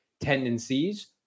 tendencies